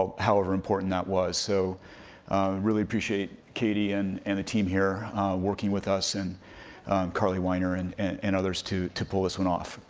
ah however important that was. so really appreciate katy and and the team here working with us, and carlie wiener, and and others too, to pull this one off.